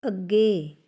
ਅੱਗੇ